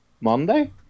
Monday